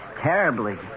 terribly